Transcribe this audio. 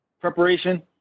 preparation